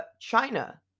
China